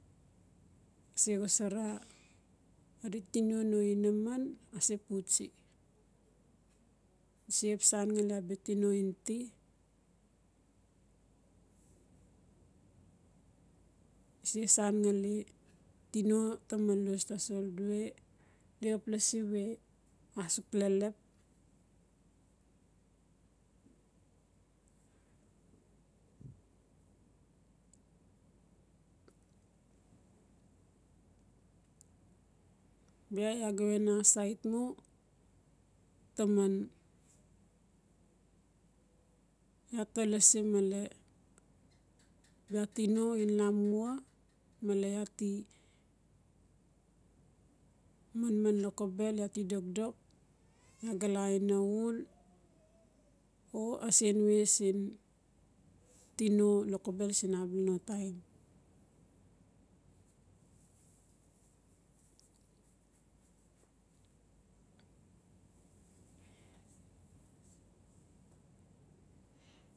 Se xosara xadi tino no inaman ase putsi dise xap san ngali abiatino in ti dise san ngali tino ta malus diwe di xap lasi we asuk lelep bia iaa ga wen asait mu taman iaa ta lasi male bia tino in lamua male iaa ti manman lokobel iaa ti dokdok iaa galaa aina uul o asen wew siin tino lokobel siin abla no taim.